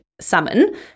summon